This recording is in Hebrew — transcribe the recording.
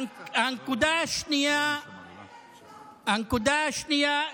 לא תוחזר לעולם, לעולם.